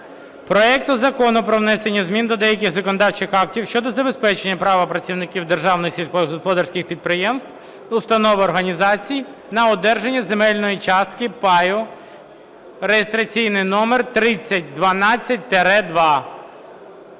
проект Закону про внесення змін до деяких законодавчих актів щодо забезпечення права працівників державних сільськогосподарських підприємств, установ, організацій на одержання земельної частки (паю) (реєстраційний номер 3012-2).